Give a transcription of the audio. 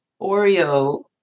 Oreo